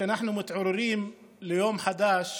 שאנחנו מתעוררים ליום חדש